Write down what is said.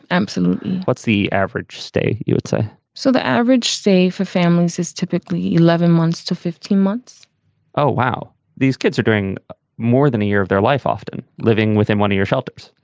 absolutely. what's the average stay? you would say so the average stay for families is typically eleven months to fifteen months oh, wow. these kids are doing more than a year of their life, often living within one of your shelters.